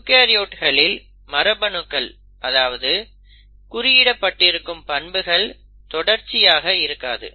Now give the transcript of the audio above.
யூகரியோட்ஸ்களில் மரபணுக்கள் அதாவது குறியிடப்பட்டிருக்கும் பண்புகள் தொடர்ச்சியாக இருக்காது